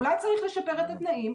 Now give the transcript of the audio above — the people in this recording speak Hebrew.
אולי צריך לשפר את התנאים,